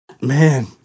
Man